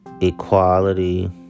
equality